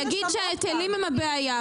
יגיד שההיטלים הם הבעיה,